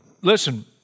listen